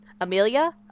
Amelia